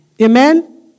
Amen